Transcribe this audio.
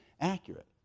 accurate